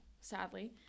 sadly